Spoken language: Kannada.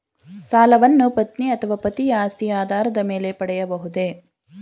ಸಾಲವನ್ನು ಪತ್ನಿ ಅಥವಾ ಪತಿಯ ಆಸ್ತಿಯ ಆಧಾರದ ಮೇಲೆ ಪಡೆಯಬಹುದೇ?